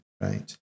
right